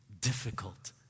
difficult